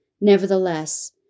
Nevertheless